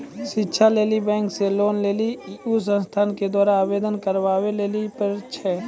शिक्षा लेली बैंक से लोन लेली उ संस्थान के द्वारा आवेदन करबाबै लेली पर छै?